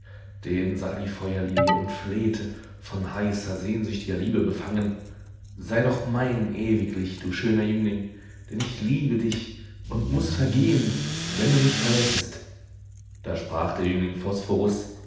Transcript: den sah die feuerlilie und flehte von heißer sehnsüchtiger liebe befangen sei doch mein ewiglich du schöner jüngling denn ich liebe dich und muß vergehen wenn du mich verlässest da sprach der jüngling